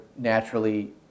naturally